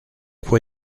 fue